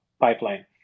pipeline